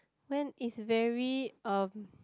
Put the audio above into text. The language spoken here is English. when it's very um